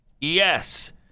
Yes